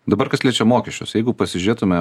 dabar kas liečia mokesčius jeigu pasižiūrėtume